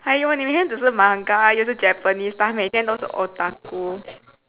!haiyo! 你每天只是 manga 又是 Japanese 每天都是